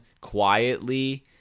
quietly